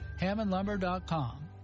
HammondLumber.com